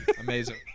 Amazing